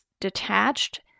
detached